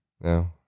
No